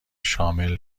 شامل